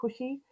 pushy